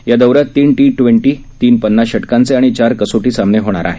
या दौऱ्यात तीन ट्वेंटी टवेंटी तीन पन्नास षटकांचे आणि चार कसोटी सामने होणार आहेत